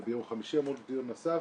וביום חמישי אמור להיות דיון נוסף